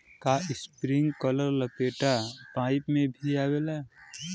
का इस्प्रिंकलर लपेटा पाइप में भी आवेला?